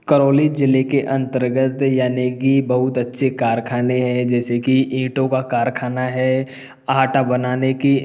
करौली जिले के अंतर्गत यानि की बहुत अच्छे कारखाने है जैसे की ईंटों का कारखाना है आटा बनाने की